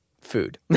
food